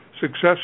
success